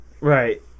Right